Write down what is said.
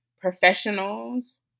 professionals